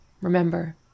Remember